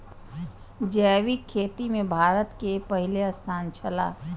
जैविक खेती में भारत के पहिल स्थान छला